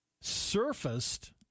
surfaced